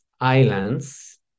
islands